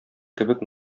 кебек